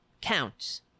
counts